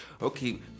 Okay